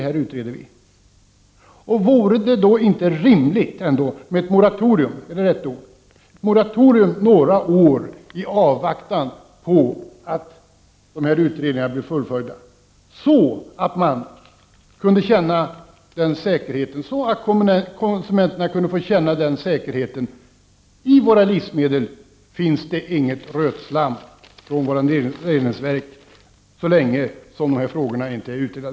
Här utreds det. Vore det inte rimligt ändå med ett moratorium några 11 december 1989 år i avvaktan på att dessa utredningar blir fullföljda, så att konsumenterna. =S kunde känna säkerheten att det i livsmedlen inte finns något rötslam så länge dessa frågor inte är utredda?